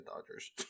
Dodgers